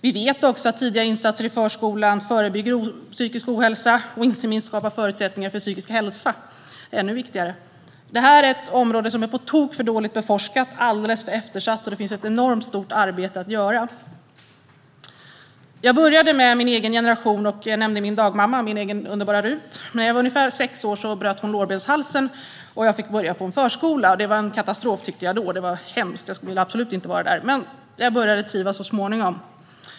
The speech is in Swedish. Vi vet också att tidiga insatser i förskolan förebygger psykisk ohälsa - och inte minst skapar förutsättningar för psykisk hälsa, vilket är ännu viktigare. Det här är ett område som är på tok för dåligt beforskat och alldeles för eftersatt. Här finns ett enormt stort arbete att göra. Jag började mitt anförande med att tala om min egen generation, och jag nämnde min dagmamma - min egen underbara Rut. När jag var ungefär sex år bröt hon lårbenshalsen, och jag fick börja på förskola. Det var en katastrof tyckte jag då. Det var hemskt, och jag ville absolut inte vara där. Men så småningom började jag trivas.